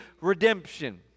redemption